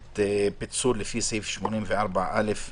לפי סעיף 84(ב),